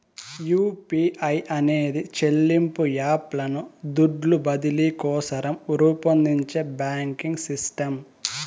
UPI అనేది చెల్లింపు app లను దుడ్లు బదిలీ కోసరం రూపొందించే బాంకింగ్ సిస్టమ్